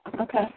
Okay